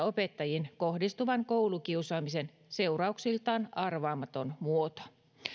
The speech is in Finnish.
opettajiin kohdistuvan koulukiusaamisen seurauksiltaan arvaamaton muoto